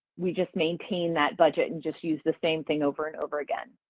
we just maintain that budget and just use the same thing over and over again.